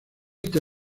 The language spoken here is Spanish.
esta